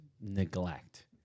neglect